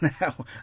now